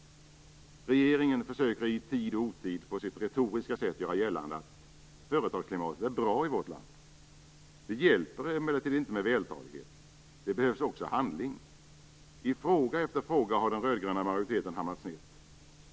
Regeringen försöker i tid och otid på sitt retoriska sätt göra gällande att företagsklimatet är bra i vårt land. Det hjälper emellertid inte med vältalighet. Det behövs också handling. I fråga efter fråga har den röd-gröna majoriteten hamnat snett.